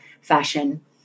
fashion